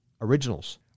originals